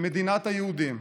במדינת היהודים,